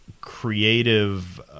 creative